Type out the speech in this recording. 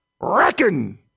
Reckon